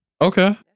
okay